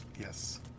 Yes